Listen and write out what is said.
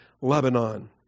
Lebanon